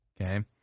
Okay